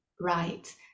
right